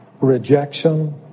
rejection